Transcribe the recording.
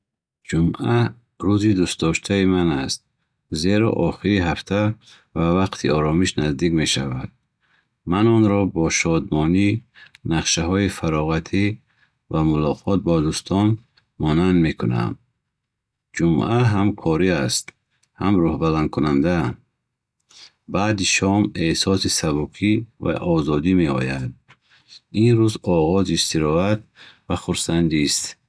Ҷумъа рӯзи дӯстдоштаи ман аст, зеро охири ҳафта ва вақти оромиш наздик мешавад. Ман онро бо шодмонӣ, нақшаҳои фароғатӣ ва мулоқот бо дӯстон монанд мекунам. Ҷумъа ҳам корӣ аст, ҳам рӯҳбаландкунанда. Баъди шом, эҳсоси сабукӣ ва озодӣ меояд. Ин рӯз оғози истироҳат ва хурсандист.